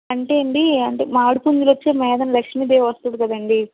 అంటే అండి అంటే మామిడి పుంజులొచ్చి మీదన లక్ష్మీ దేవొస్తుంది కదండీ